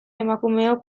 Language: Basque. emakumeok